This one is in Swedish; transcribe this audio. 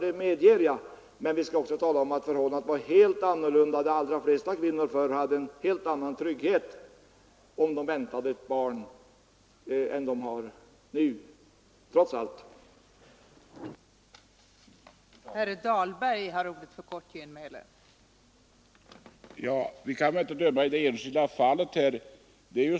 Jag medger det, men vi skall också komma ihåg att förhållandena var helt annorlunda förr. De allra flesta kvinnor hade trots allt en helt annan trygghet, om de väntade ett barn än de har nu.